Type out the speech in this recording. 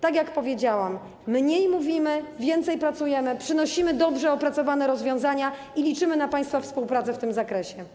Tak jak powiedziałam: mniej mówimy, więcej pracujemy, przynosimy dobrze opracowane rozwiązania i liczymy na państwa współpracę w tym zakresie.